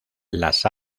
las